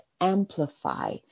amplify